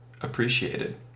appreciated